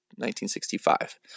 1965